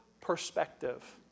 perspective